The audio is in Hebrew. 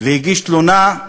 והגיש תלונה.